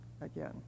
again